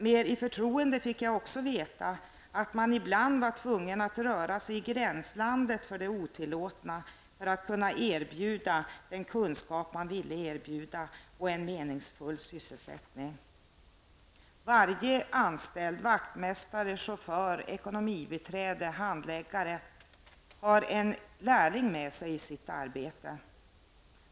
Mer i förtroende fick jag också veta att man ibland var tvungen att röra sig i gränslandet till det otillåtna för att kunna erbjuda de kunskaper man vill erbjuda och en meningsfull sysselsättning. Varje anställd, vaktmästare, chaufför, ekonomibiträde och handläggare har en lärling med sig i sitt arbete.